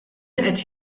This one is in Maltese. qed